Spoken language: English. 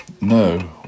No